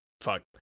fuck